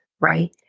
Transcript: Right